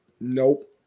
Nope